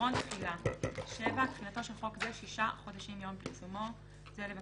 תיקון סעיף 145 6. בסעיף 145(א)(6) לחוק העיקרי,